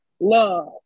love